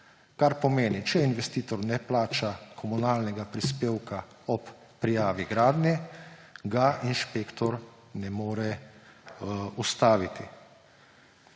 Kar pomeni, če investitor ne plača komunalnega prispevka ob prijavi gradnje, ga inšpektor ne more ustavitvi.